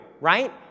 right